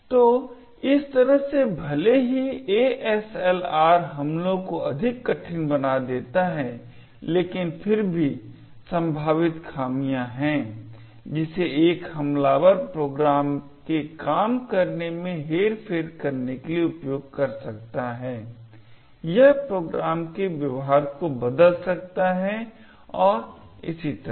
तो इस तरह से भले ही ASLR हमलों को अधिक कठिन बना देता है लेकिन फिर भी संभावित खामियां हैं जिसे एक हमलावर प्रोग्राम के काम करने में हेरफेर करने के लिए उपयोग कर सकता है यह प्रोग्राम के व्यवहार को बदल सकता है और इसी तरह